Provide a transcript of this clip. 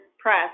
press